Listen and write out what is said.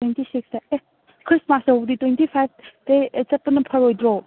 twenty ꯁꯤꯛꯁꯇ ꯑꯦ Christmas ꯇꯧꯕꯗꯤ ꯇ꯭ꯋꯦꯟꯇꯤ ꯐꯥꯏꯕꯇꯩ ꯆꯠꯄꯅ ꯐꯔꯣꯏꯗ꯭ꯔꯣ